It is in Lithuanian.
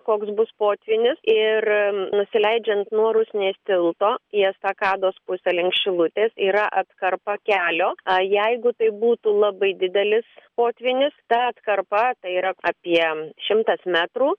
koks bus potvynis ir nusileidžiant nuo rusnės tilto į estakados pusę link šilutės yra atkarpa kelio a jeigu tai būtų labai didelis potvynis ta atkarpa tai yra apie šimtas metrų